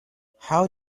how